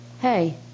hey